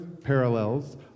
parallels